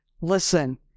listen